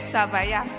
Savaya